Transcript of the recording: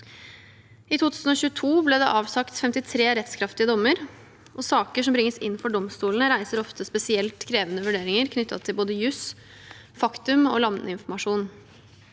I 2022 ble det avsagt 53 rettskraftige dommer. Saker som bringes inn for domstolene, reiser ofte spesielt krevende vurderinger knyttet til både juss, faktum og landinformasjon.